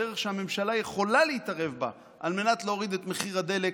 הדרך שהממשלה יכולה להתערב על מנת להוריד את מחיר הדלק,